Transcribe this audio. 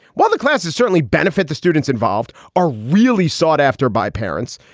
while the classes certainly benefit, the students involved are really sought after by parents.